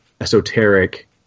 esoteric